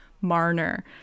Marner